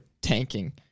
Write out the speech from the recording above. tanking